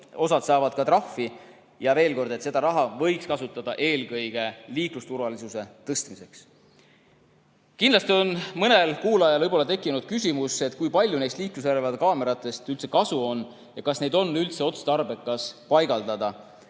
osa saab ka trahvi, ja veel kord, seda raha võiks kasutada eelkõige liiklusturvalisuse tõstmiseks. Kindlasti on mõnel kuulajal tekkinud küsimus, kui palju neist liiklusjärelevalvekaameratest üldse kasu on ja kas neid on üldse otstarbekas paigaldada.